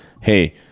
hey